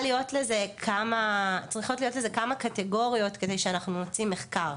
להיות לזה כמה קטגוריות כדי שאנחנו נוציא מחקר.